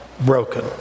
broken